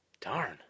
Darn